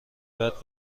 بعد